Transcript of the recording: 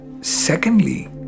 Secondly